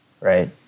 right